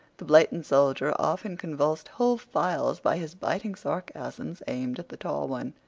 the blatant soldier often convulsed whole files by his biting sarcasms aimed at the tall one.